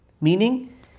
Meaning